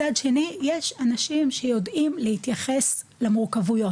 מצד שני יש אנשים שיודעים להתייחס למורכבויות,